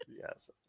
yes